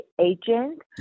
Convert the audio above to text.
agent